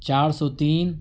چار سو تین